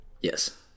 Yes